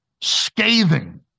scathing